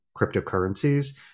cryptocurrencies